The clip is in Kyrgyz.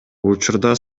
учурда